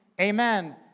Amen